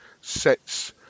sets